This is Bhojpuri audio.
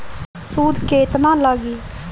सूद केतना लागी?